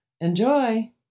Enjoy